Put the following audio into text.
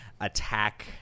attack